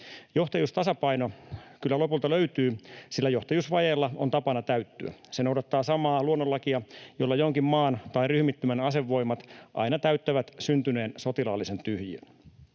Johtajuustasapaino kyllä lopulta löytyy, sillä johtajuusvajeella on tapana täyttyä. Se noudattaa samaa luonnonlakia, jolla jonkin maan tai ryhmittymän asevoimat aina täyttävät syntyneen sotilaallisen tyhjiön.